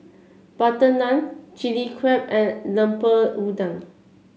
butter naan Chilli Crab and Lemper Udang